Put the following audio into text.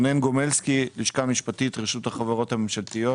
מהלשכה המשפטית, רשות החברות הממשלתיות.